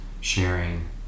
sharing